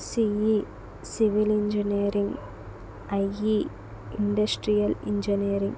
ce civil engineering ie industrial engineering